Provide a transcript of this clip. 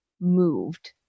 moved